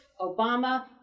Obama